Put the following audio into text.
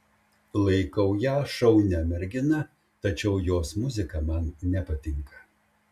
laikau ją šaunia mergina tačiau jos muzika man nepatinka